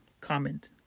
comment